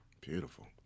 Beautiful